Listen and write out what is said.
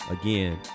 Again